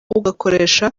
ugakoresha